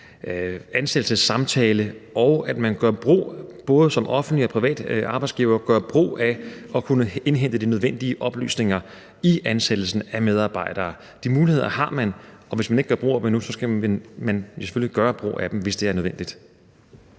ansættelsessamtale, og at man både som offentlig og privat arbejdsgiver gør brug af at kunne indhente de nødvendige oplysninger i ansættelsen af medarbejdere. De muligheder har man, og hvis man ikke gør brug af dem endnu, skal man selvfølgelig gøre brug af dem, hvis det er nødvendigt.